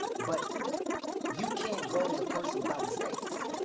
but you can't grow as a person without mistakes.